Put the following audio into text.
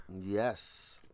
yes